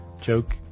joke